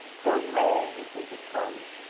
hooray! repeated tom.